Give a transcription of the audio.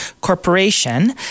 corporation